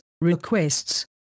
requests